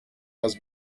has